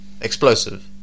explosive